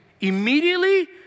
immediately